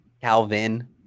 Calvin